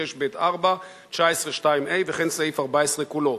6(ב)(4) ו-19(2)(ה) וכן סעיף 14 כולו.